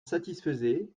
satisfaisaient